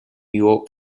york